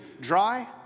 dry